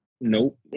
Nope